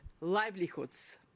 livelihoods